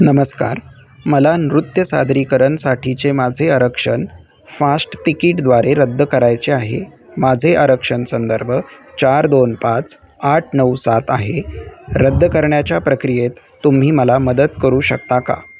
नमस्कार मला नृत्य सादरीकरणासाठीचे माझे आरक्षण फास्टतिकीटद्वारे रद्द करायचे आहे माझे आरक्षण संदर्भ चार दोन पाच आठ नऊ सात आहे रद्द करण्याच्या प्रक्रियेत तुम्ही मला मदत करू शकता का